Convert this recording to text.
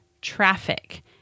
traffic